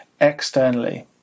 externally